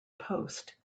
post